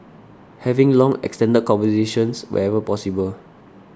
having long extended conversations wherever possible